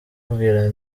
mubwira